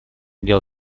дело